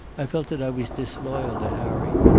i felt that i was disloyal to harry.